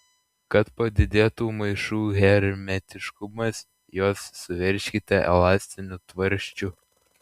kad padidėtų maišų hermetiškumas juos suveržkite elastiniu tvarsčiu